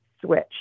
switch